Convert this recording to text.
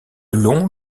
longs